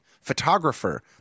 photographer